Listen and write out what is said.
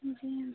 जी